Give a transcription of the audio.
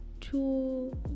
two